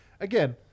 again